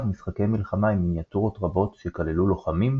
משחקי מלחמה עם מיניאטורות רבות שכללו לוחמים,